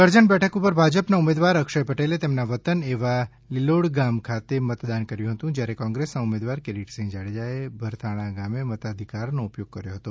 કરજણ બેઠક ઉપર ભાજપના ઉમેદવાર અક્ષય પટેલે તેમના વતન એવા લીલોડગામ ખાતે મતદાન કર્યું હતું જ્યારે કોંગ્રેસના ઉમેદવાર કિરીટસિંહ જાડેજાએ ભરથાણા ગામે મતાધિકારનો ઉપયોગ કર્યો હતો